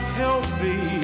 healthy